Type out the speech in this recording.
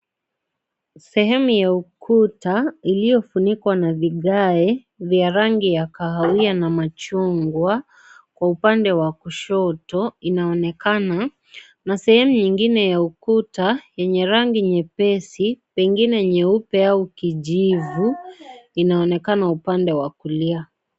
Sehemu ya ukuta iliofunikwa na vigae vya rangi ya kahawia na machungwa Kwa upande wa kushoto inaonekana na sehemu nyingine ya ukuta yenye rangi nyepesi pengine nyeupe au kijivu inaonekana upande wa kulia.